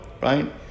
right